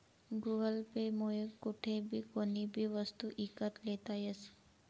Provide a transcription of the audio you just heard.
Google Pay मुये कोठेबी कोणीबी वस्तू ईकत लेता यस